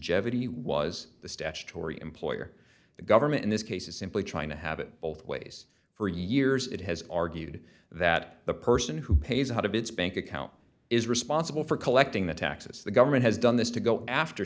he was the statutory employer the government in this case is simply trying to have it both ways for years it has argued that the person who pays out of its bank account is responsible for collecting the taxes the government has done this to go after